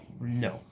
No